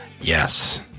yes